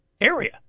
area